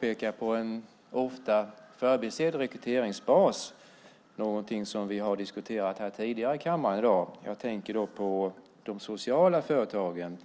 peka på en ofta förbisedd rekryteringsbas - något som vi har diskuterat tidigare i kammaren i dag. Jag tänker på de sociala företagen.